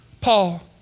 Paul